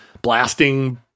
Blasting